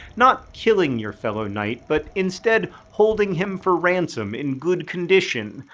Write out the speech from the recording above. not killing your fellow knight, but, instead, holding him for ransom in good condition.